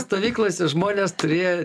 stovyklose žmonės turė